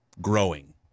growing